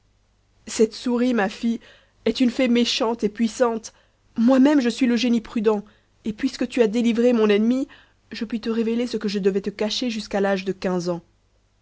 cette souris ma fille est une fée méchante et puissante moi-même je suis le génie prudent et puisque tu as délivré mon ennemie je puis te révéler ce que je devais te cacher jusqu'à l'âge de quinze ans